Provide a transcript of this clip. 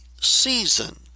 season